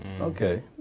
okay